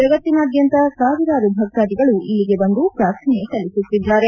ಜಗತ್ತಿನಾದ್ಯಂತ ಸಾವಿರಾರು ಭಕ್ತಾಧಿಕಗಳು ಇಲ್ಲಿಗೆ ಬಂದು ಪ್ರಾರ್ಥನೆ ಸಲ್ಲಿಸುತ್ತಿದ್ದಾರೆ